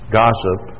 gossip